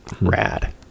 rad